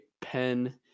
pen